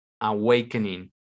awakening